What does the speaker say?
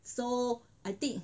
so I think